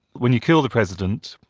when you kill the president,